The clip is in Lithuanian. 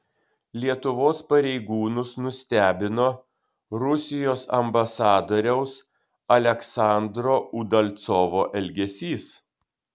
lietuvos pareigūnus nustebino rusijos ambasadoriaus aleksandro udalcovo elgesys